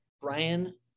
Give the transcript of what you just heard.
Brian